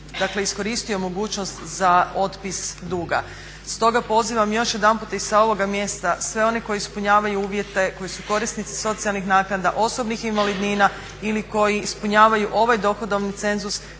dakle iskoristio mogućnost za otpis duga. Stoga pozivam još jedanput i sa ovoga mjesta sve one koji ispunjavaju uvjete, koji su korisnici socijalnih naknada, osobnih invalidnina ili koji ispunjavaju ovaj dohodovni cenzus